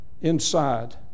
inside